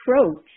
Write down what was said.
approach